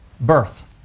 birth